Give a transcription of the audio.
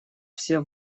все